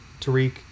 Tariq